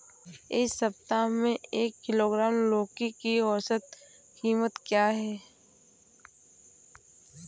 इस सप्ताह में एक किलोग्राम लौकी की औसत कीमत क्या है?